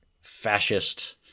fascist